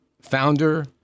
founder